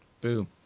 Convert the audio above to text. Boom